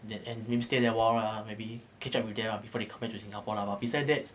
that and then stay there a while ah maybe catch up with them before they come back into singapore but beside's that